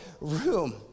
room